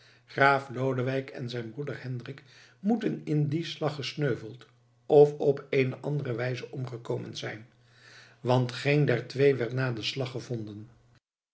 graaf lodewijk en zijn broeder hendrik moeten in dien slag gesneuveld of op eene andere wijze omgekomen zijn want geen der twee werd na den slag gevonden